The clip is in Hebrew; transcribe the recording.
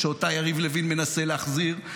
שאותה יריב לוין מנסה להחזיר,